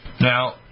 Now